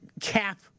cap